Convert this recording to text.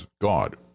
God